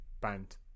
band